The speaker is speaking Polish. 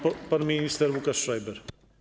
Pan minister Łukasz Schreiber.